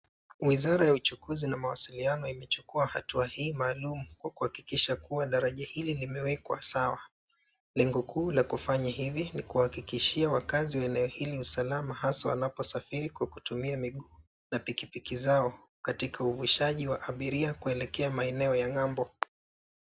Wizara ya uchukuzi na mawasiliano imechukua hatua hii maalum kwa kuhakikisha kuwa daraja hili limewekwa sawa. Lengo kuu la kufanya hivi ni kuwahakikishia wakazi wa eneo hii usalama hasa wanaposafiri kwa kutumia miguu na pikipiki zao katika uvushaji wa abiria kuelekea maeneo ya ng'ambo.